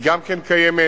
גם כן קיימת,